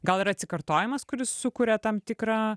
gal ir atsikartojimas kuris sukuria tam tikrą